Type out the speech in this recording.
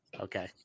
Okay